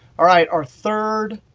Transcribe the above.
all right, our third,